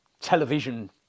television